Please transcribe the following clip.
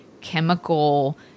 chemical